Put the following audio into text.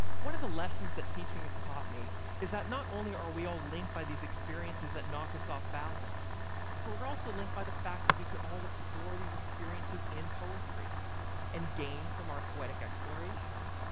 one of the lessons that teaching has taught me is that not only are we all linked by these experiences that knock us off balance but we're also linked by the fact that we could all explore these experiences in poetry and gain from our poetic explorations.